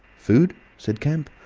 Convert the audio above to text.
food? said kemp.